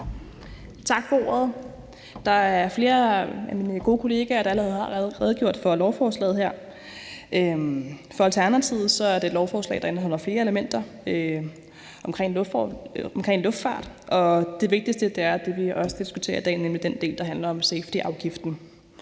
Tak for ordet. Der er flere af mine gode kollegaer, der allerede har redegjort for lovforslaget her. For Alternativet er det et lovforslag, der indeholder flere elementer omkring luftfart, og det vigtigste er det, vi også diskuterer i dag, nemlig den del, der handler om safetyafgiften.